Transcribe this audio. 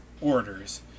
orders